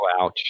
ouch